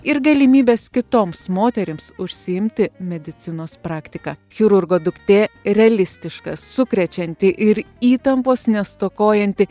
ir galimybės kitoms moterims užsiimti medicinos praktika chirurgo duktė realistiška sukrečianti ir įtampos nestokojanti